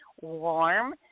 warm